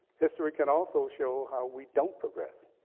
history can also show how we don't progress.